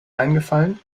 eingefallen